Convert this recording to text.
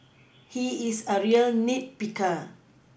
he is a real nit picker